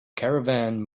caravan